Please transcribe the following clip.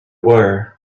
were